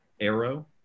Arrow